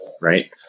right